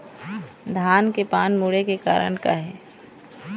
धान के पान मुड़े के कारण का हे?